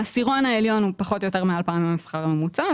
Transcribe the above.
העשירון העליון הוא פחות או יותר מעל פעמיים מהשכר הממוצע.